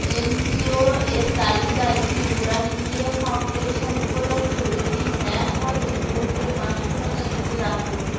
NGO এর তালিকায় কি উড়ান ইন্ডিয়া ফাউন্ডেশন উপলব্ধ যদি হ্যাঁ হয় অনুগ্রহ করে পাঁচশো টাকা এটিতে দান করুন